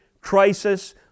crisis